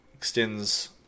extends